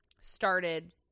started